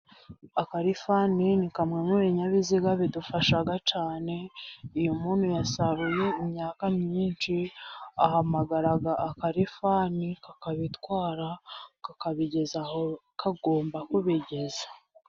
Akarifani ni kamwe mu binyabiziga bidufasha cyane, iyo umuntu yasaruye imyaka myinshi, ahamagara akarifani kakabitwara, kakabigeza aho kagomba kubibegeza.